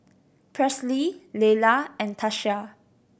Presley Lelar and Tatia